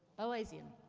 boasian,